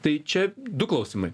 tai čia du klausimai